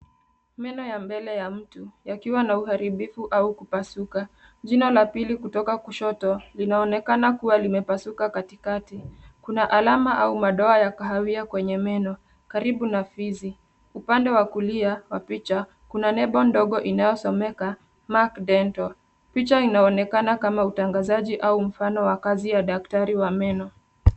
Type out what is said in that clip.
Meno ya mbele ya mtu yakiwa na uharibifu au kupasuka. Jino la pili kutoka kushoto linaonekana kuwa limepasuka katikati. Kuna alama au madoa ya kahawia kwenye meno karibu na fizi. Upande wa kulia wa picha kuna nembo ndogo iliyosomeka Mark Dental. Picha inaonekana kama utangazaji au mfano wa kazi ya daktari wa meno.